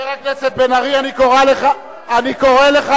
היא מאמינה גם בטרוריזם.